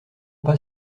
pas